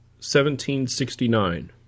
1769